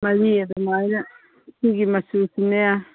ꯃꯔꯤ ꯑꯗꯨꯃꯥꯏꯅ ꯁꯤꯒꯤ ꯃꯆꯨꯁꯤꯅꯦ